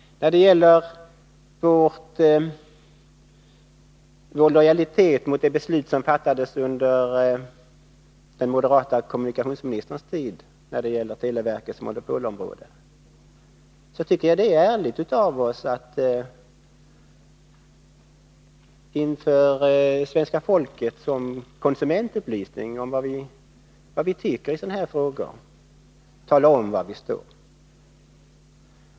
När det gäller vår lojalitet mot det beslut om televerkets monopolområde som fattades under den moderate kommunikationsministerns tid tycker jag att det är ärligt av oss att inför svenska folket som konsumentupplysning tala om vad vi anser i sådana här frågor och tala om var vi står.